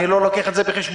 אני לא לוקח את זה בחשבון?